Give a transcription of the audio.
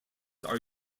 are